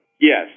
Yes